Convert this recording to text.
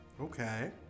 Okay